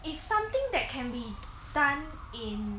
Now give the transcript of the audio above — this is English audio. if something that can be done in